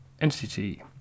entity